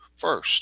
first